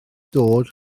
dod